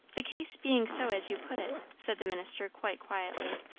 the case being so as you put it, said the minister quite quietly,